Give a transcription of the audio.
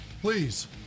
Please